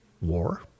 war